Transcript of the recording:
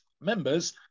members